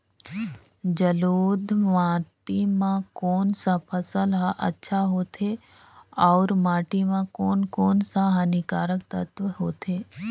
जलोढ़ माटी मां कोन सा फसल ह अच्छा होथे अउर माटी म कोन कोन स हानिकारक तत्व होथे?